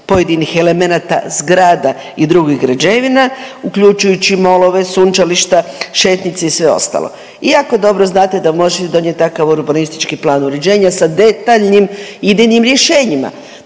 pojedinih elemenata, zgrada i drugih građevina uključujući molove, sunčališta, šetnjice i sve ostalo i jako dobro znate da možete donijeti takav urbanistički plan uređenja sa detaljnim idejnim rješenjima,